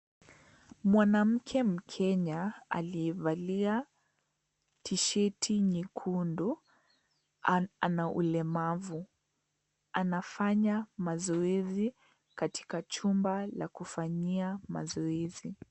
Mwanamke mkenya aliyevalia tisheti nyekundu ana ulemavu anafanya mazoezi katika chumba la kufanyia mazoezi.